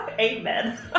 Amen